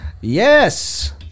Yes